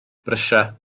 brysia